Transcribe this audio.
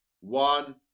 One